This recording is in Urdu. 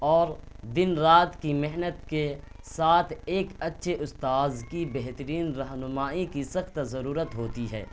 اور دن رات کی محنت کے ساتھ ایک اچھے استاذ کی بہترین رہنمائی کی سخت ضرورت ہوتی ہے